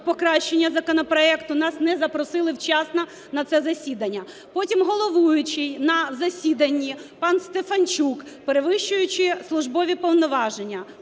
покращення законопроекту, нас не запросили вчасно на це засідання. Потім головуючий на засіданні пан Стефанчук, перевищуючи службові повноваження,